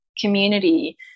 community